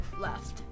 left